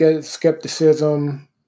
skepticism